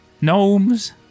gnomes